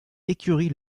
écurie